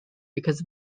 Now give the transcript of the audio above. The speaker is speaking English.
because